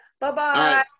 Bye-bye